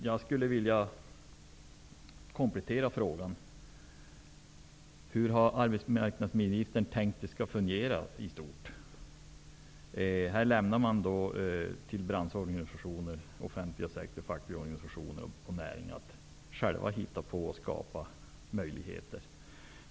Jag vill komplettera min fråga: Hur har arbetsmarknadsministern tänkt att detta skall fungera i stort? Här överlämnar man till branschorganisationerna, den offentliga sektorn, de fackliga organisationerna och näringslivet att själva skapa möjligheter.